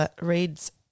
reads